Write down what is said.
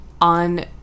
on